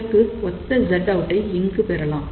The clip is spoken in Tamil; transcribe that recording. இதற்கு ஒத்த Zout ஐ இங்கு பெறலாம்